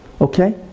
Okay